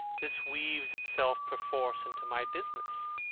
this weaves itself perforce into my business.